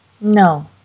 No